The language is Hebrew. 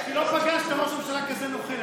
כי לא פגשת ראש ממשלה כזה נוכל.